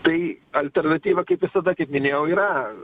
tai alternatyva kaip visada kaip minėjau yra